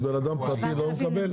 אז בן אדם פרטי לא יקבל?